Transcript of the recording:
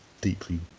deeply